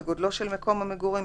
לגודלו של מקום המגורים,